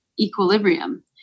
equilibrium